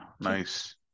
nice